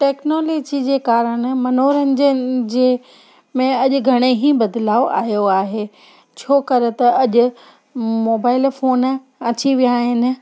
technology जे कारण मनोरंजन जे में अॼु घणेई बदिलाउ आयो आहे छो करे त अॼु मोबाइल फ़ोन अची विया आहिनि